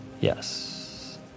Yes